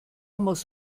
muss